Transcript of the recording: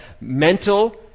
mental